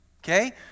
Okay